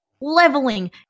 leveling